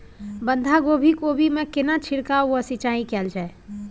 बंधागोभी कोबी मे केना छिरकाव व सिंचाई कैल जाय छै?